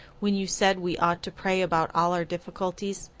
when you said we ought to pray about all our difficulties.